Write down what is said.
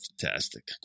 Fantastic